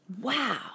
Wow